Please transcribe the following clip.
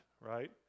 right